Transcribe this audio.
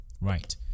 right